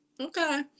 Okay